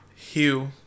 Hugh